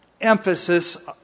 emphasis